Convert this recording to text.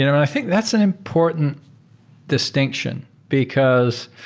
i think that's an important distinction, because